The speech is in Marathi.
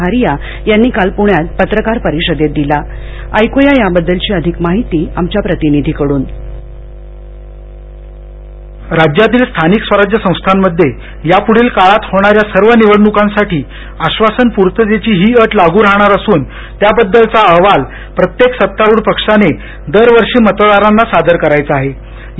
ारिया यांनी काल पुण्यात पत्रकार परिषदेत दिलाऐकूया याबद्दलची अधिक माहिती आमच्या प्रतिनिधीकडून राज्यायतील स्थानिक स्वरराज्यय संस्थां मध्ये यापुढील काळात होणाया सर्व निवडणुकांसाठी आक्षासन पूर्ततेचीही अट लागू राहणार असून त्याहबाबतचा अहवाल प्रत्येकक सत्तालरूढ पक्षाने दरवर्षीमतदारांना सादर करायचा आहेया